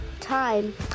time